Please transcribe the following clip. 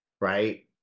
right